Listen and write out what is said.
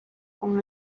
con